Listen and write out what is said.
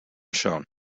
shown